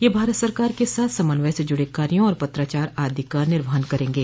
यह भारत सरकार के साथ समन्वय से जड़े कार्यों व पत्राचार आदि का निर्वहन करेंगे